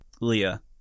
Leah